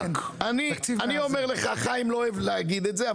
חיים לא אוהב להגיד את זה,